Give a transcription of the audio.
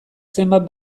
zenbat